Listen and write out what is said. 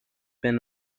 been